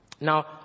Now